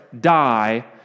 die